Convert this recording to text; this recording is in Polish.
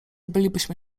bylibyśmy